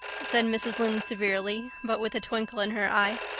said mrs. lynde severely, but with a twinkle in her eye.